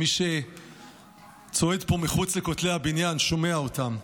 מי שצועד פה מחוץ לכותלי הבניין שומע אותם,